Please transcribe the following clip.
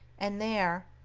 and there,